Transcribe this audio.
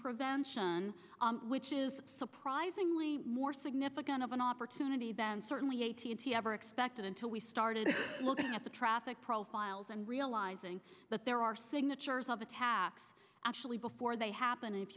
prevention which is surprisingly more significant of an opportunity than certainly a t n t ever expected until we started looking at the traffic profiles and realizing that there are signatures of attacks actually before they happen and if